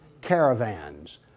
caravans